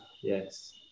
yes